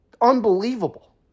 Unbelievable